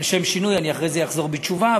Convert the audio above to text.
לשם שינוי, אחרי זה אני אחזור בתשובה,